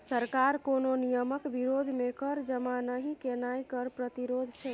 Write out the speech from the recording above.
सरकार कोनो नियमक विरोध मे कर जमा नहि केनाय कर प्रतिरोध छै